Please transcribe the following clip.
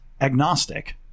agnostic